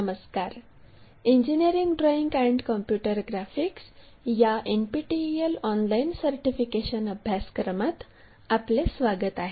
नमस्कार engineering drawing and computer graphics या NPTEL online certification अभ्यासक्रमात आपले स्वागत आहे